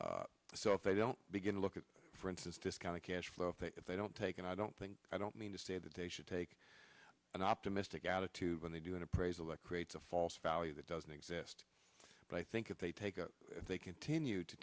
itself so if they don't begin to look at for instance discounted cash flow if they if they don't take and i don't think i don't mean to say that they should take an optimistic attitude when they do an appraisal that creates a false value that doesn't exist but i think if they take if they continue to